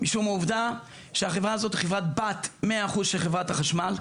משום העובדה שהחברה הזאת היא חברת בת 100% של חברת החשמל,